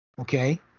okay